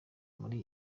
muri